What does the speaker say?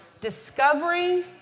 Discovering